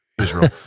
Israel